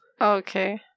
Okay